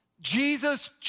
Jesus